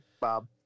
Bob